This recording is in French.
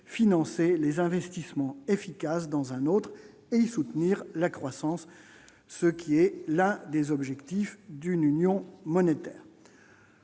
financer les investissements efficace dans un autre et soutenir la croissance, ce qui est l'un des objectifs d'une union monétaire